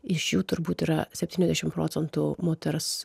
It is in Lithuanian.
iš jų turbūt yra septyniasdešimt procentų moters